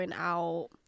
out